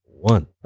one